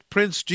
Prince